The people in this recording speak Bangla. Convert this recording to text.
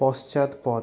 পশ্চাৎপদ